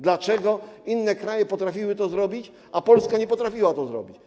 Dlaczego inne kraje potrafiły to zrobić, a Polska nie potrafiła tego zrobić?